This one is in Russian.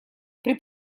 при